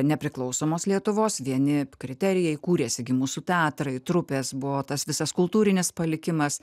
nepriklausomos lietuvos vieni kriterijai kūrėsi gi mūsų teatrai trupės buvo tas visas kultūrinis palikimas